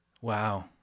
wow